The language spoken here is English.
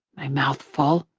my mouth full.